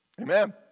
Amen